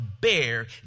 bear